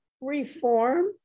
reform